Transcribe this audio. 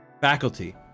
faculty